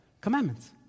Commandments